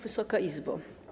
Wysoka Izbo!